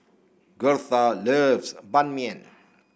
Gertha loves Ban Mian